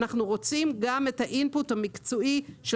אנחנו רוצים גם את ה-input המקצועי של